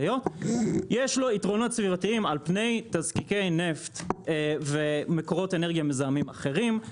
יש לו יתרונות סביבתיים על פני תזקיקי נפט ומקורות אנרגיה מזהמים אחרים.